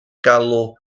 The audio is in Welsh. galw